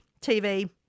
TV